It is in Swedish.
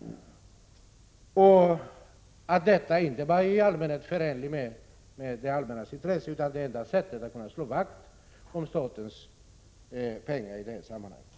Man konstaterar att detta inte bara är i allmänhet förenligt med det allmännas intresse utan det enda sättet att slå vakt om statens pengar i sammanhanget.